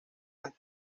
las